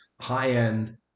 high-end